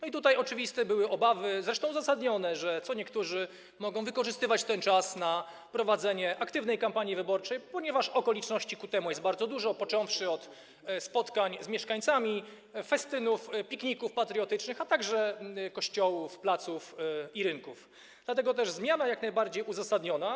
Oczywiste były obawy, zresztą uzasadnione, że co niektórzy mogą wykorzystywać ten czas na prowadzenie aktywnej kampanii wyborczej, ponieważ okoliczności ku temu jest bardzo dużo, począwszy od spotkań z mieszkańcami, festynów, pikników patriotycznych, a także spotkań w kościołach, na placach i rynkach, dlatego też zmiana jest jak najbardziej uzasadniona.